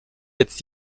jetzt